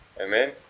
Amen